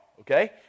okay